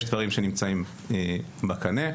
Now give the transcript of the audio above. יש דברים שנמצאים בקנה,